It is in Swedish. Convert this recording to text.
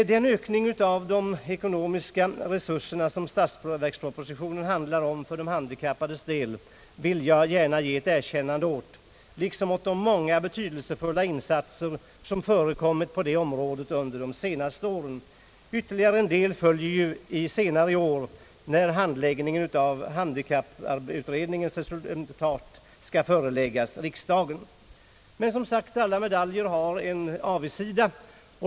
Den ökning av de ekonomiska resurserna som statsverkspropositionen handlar om för de handikappades del vill jag gärna ge ett erkännande åt, liksom åt de många betydelsefulla insatser som gjorts på detta område under de senaste åren. Ytterligare en del följer ju senare i år när resultatet av handikapputredningen skall föreläggas riksdagen. Men alla medaljer har en avigsida.